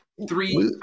three